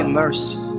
mercy